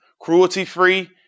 cruelty-free